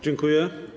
Dziękuję.